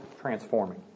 transforming